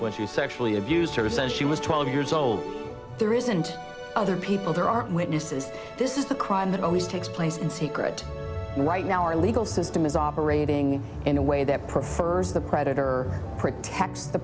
was you sexually abused her says she was twelve years old there isn't other people there are witnesses this is the crime that always takes place in secret and right now our legal system is operating in a way that prefers the predator protects the